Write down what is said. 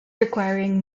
requiring